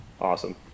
Awesome